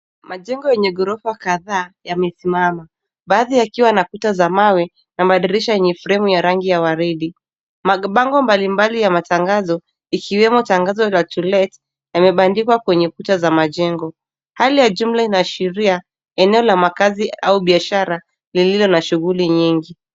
Majengo yenye maghorofa kadhaa yamesimama baadhi yakiwa na kuta za mawe na madirisha yenye fremu za rangi waridi. Mabango mbalimbali ya matangazo ikiwemo tangazo la To let yamebandikwa kwenye kuta za majengo. Hali ya jumla inaashiria eneo la makazi au biashara lililo na shughuli nyingi.